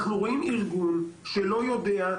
אנחנו רואים ארגון, שלא יודע,